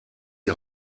die